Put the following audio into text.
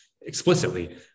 explicitly